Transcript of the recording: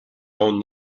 own